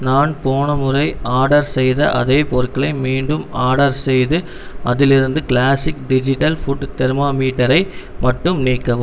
நான் போன முறை ஆர்டர் செய்த அதே பொருட்களை மீண்டும் ஆர்டர் செய்து அதிலிருந்த க்ளாஸிக் டிஜிட்டல் ஃபுட் தெர்மாமீட்டரை மட்டும் நீக்கவும்